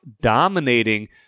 dominating